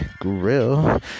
grill